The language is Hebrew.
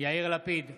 יאיר לפיד,